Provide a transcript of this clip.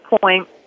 point